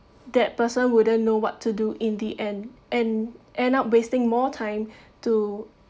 that person wouldn't know what to do in the end and end up wasting more time to